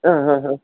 ആ ആ